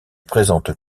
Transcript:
présente